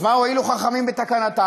אז מה הועילו חכמים בתקנתם?